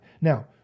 Now